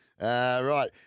Right